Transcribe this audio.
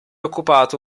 occupato